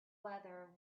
whether